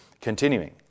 Continuing